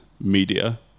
media